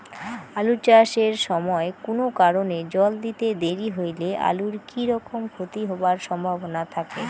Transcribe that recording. আলু চাষ এর সময় কুনো কারণে জল দিতে দেরি হইলে আলুর কি রকম ক্ষতি হবার সম্ভবনা থাকে?